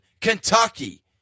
Kentucky